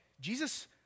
Jesus